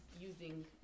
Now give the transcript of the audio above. using